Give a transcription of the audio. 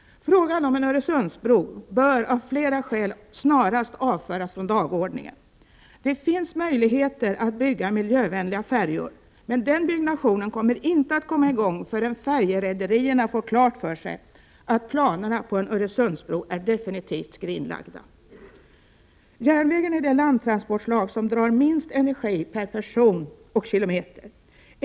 Frågan om en Öresundsbro bör av flera skäl snarast avföras från dagordningen. Det finns möjligheter att bygga miljövänliga färjor, men den byggnationen kommer inte att komma i gång förrän färjerederierna får klart för sig att planerna på en Öresundsbro är definitivt skrinlagda. Järnvägen är det landtransportslag som drar minst energi per person och kilometer.